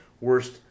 worst